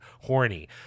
horny